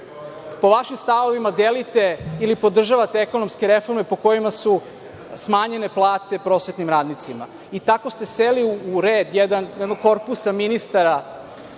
Po vašim stavovima delite ili podržavate ekonomske reforme po kojima su smanjene plate prosvetnim radnicima i tako ste seli u red, jednu korpu ministara